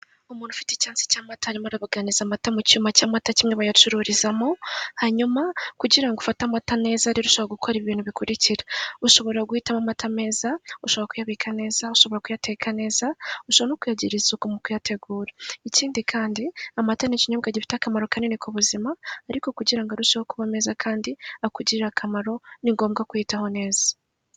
Umuntu ufite icyansi cy'amata arimo arabuganiza amata mu cyuma cy'amata kimwe bayacururizamo hanyuma kugira ngo ufate amata neza rero ushobora gukora ibi bintu bikurikira; ushobora guhitamo ameta meza, ushobora kuyabika neza, kuyateka neza ushobora no kuyagirira isuku mu kuyategura ikindi kandi amata ni ikinyobwa gifite akamaro kanini ku buzima ariko kugira arusheho kuba meza kandi akugirire akamaro ni ngombwa kuyitaho neza.